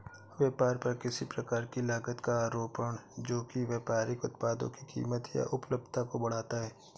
व्यापार पर किसी प्रकार की लागत का आरोपण जो कि व्यापारिक उत्पादों की कीमत या उपलब्धता को बढ़ाता है